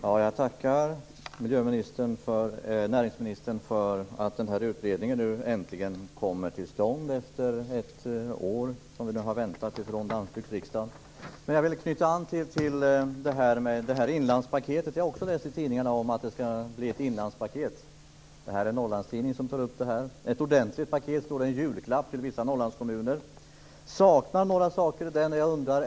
Herr talman! Jag tackar näringsministern för att den här utredningen äntligen kommer till stånd efter ett års väntan från Landsbygdsriksdagen. Men jag vill knyta an till inlandspaketet. Jag läste också i tidningar att det skall bli ett inlandspaket. Det är en Norrlandstidning som tar upp detta. Ett ordentligt paket, står det, en julklapp till vissa Norrlandskommuner. Men jag saknar en del saker i det.